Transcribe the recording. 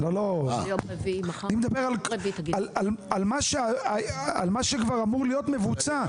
לא, אני מדבר על מה שכבר אמור להיות מבוצע.